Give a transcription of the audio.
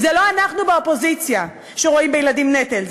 זה לא אנחנו באופוזיציה שרואים בילדים נטל.